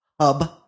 hub